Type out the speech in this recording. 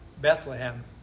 Bethlehem